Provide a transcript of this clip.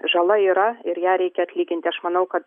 žala yra ir ją reikia atlyginti aš manau kad